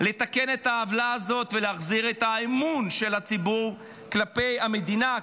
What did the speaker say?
לתקן את העוולה הזאת ולהחזיר את האמון של הציבור כלפי המדינה,